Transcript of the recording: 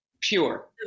pure